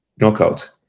knockout